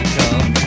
come